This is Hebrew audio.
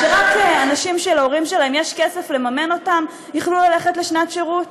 שרק אנשים שלהורים שלהם יש כסף לממן אותם יוכלו ללכת לשנת שירות?